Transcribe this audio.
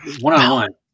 one-on-one